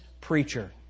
preacher